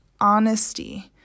honesty